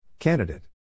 Candidate